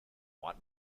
want